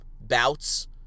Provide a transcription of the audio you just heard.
bouts